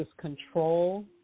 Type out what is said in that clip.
control